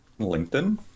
LinkedIn